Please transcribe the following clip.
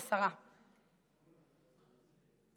זה